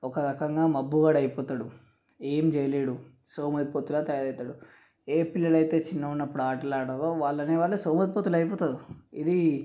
ఒకరకంగా మబ్బుగాడు అయిపోతాడు ఏం చేయలేడు సోమరిపోతులా తయారవుతాడు ఏ పిల్లలైతే వాళ్ళు చిన్నగా ఉన్నపుడు ఆటలు ఆడరో వాళ్ళు అనేవాళ్ళు సోమరిపోతులు అయిపోతారు ఇది